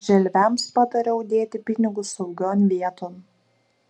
želviams patariau dėti pinigus saugion vieton